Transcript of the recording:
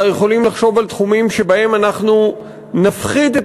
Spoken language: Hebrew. אנחנו יכולים לחשוב על תחומים שבהם אנחנו נפחית את